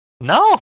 no